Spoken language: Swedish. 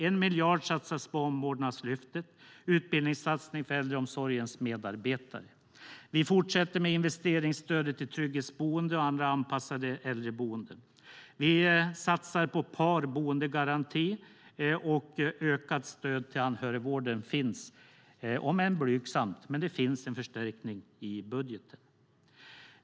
1 miljard satsas på Omvårdnadslyftet, utbildningssatsningen för äldreomsorgens medarbetare. Vi fortsätter med investeringsstödet till trygghetsboenden och andra anpassade äldreboenden. Vi satsar på en parboendegaranti, och ökat stöd till anhörigvården. Om än blygsam finns det en förstärkning i budgeten.